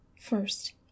First